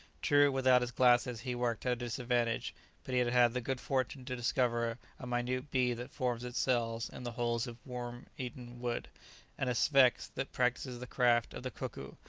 true, without his glasses he worked at a disadvantage but he had had the good fortune to discover a minute bee that forms its cells in the holes of worm-eaten wood, and a sphex that practises the craft of the cuckoo,